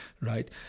right